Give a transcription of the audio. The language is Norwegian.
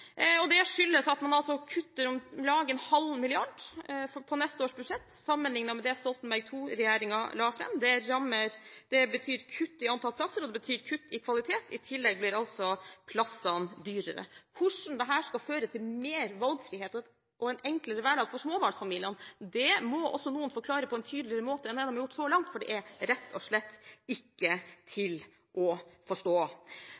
og det skyldes at man kutter om lag en halv milliard kroner i neste års budsjett, sammenlignet med det Stoltenberg II-regjeringen la fram. Det betyr kutt i antall plasser, og det betyr kutt i kvalitet. I tillegg blir plassene dyrere. Hvordan dette skal føre til mer valgfrihet og en enklere hverdag for småbarnsfamiliene, må også noen forklare på en tydeligere måte enn de har gjort så langt, for det er rett og slett ikke til å forstå.